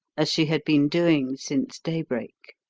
as she had been doing since daybreak.